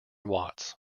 watts